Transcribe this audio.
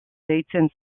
deitzen